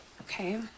Okay